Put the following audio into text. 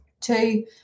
two